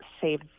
save